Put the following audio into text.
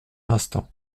instant